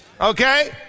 Okay